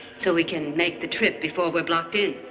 so we can make the trip before we're blocked in.